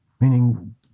Meaning